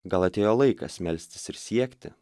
gal atėjo laikas melstis ir siekti